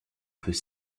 peut